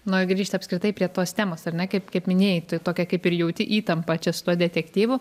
noriu grįžt apskritai prie tos temos ar ne kaip kaip minėjai tokią kaip ir jauti įtampą čia su tuo detektyvu